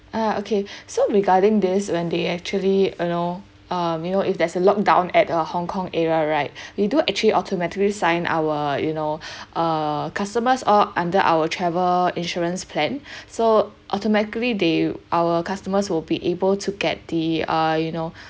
ah okay so regarding this when they actually you know um you know if there's a lockdown at uh hong kong area right we do actually automatically sign our you know err customers all under our travel insurance plan so automatically they our customers will be able to get the uh you know